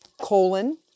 colon